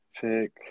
pick